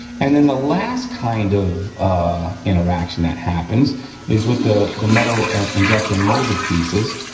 and then, the last kind of interaction that happens is with the the metal injected molded pieces.